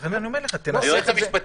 אז אני אומר לך -- אדוני היועץ המשפטי,